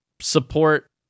support